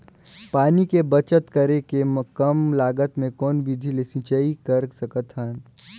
पानी के बचत करेके कम लागत मे कौन विधि ले सिंचाई कर सकत हन?